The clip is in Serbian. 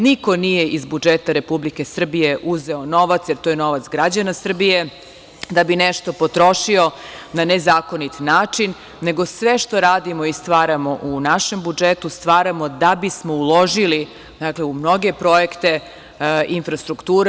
Niko nije iz budžeta Republike Srbije uzeo novac, jer to je novac građana Srbije, da bi nešto potrošio na nezakonit način, nego sve što radimo i stvaramo u našem budžetu, stvaramo da bismo uložili u mnoge projekte infrastrukture.